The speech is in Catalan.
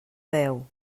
deu